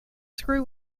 screw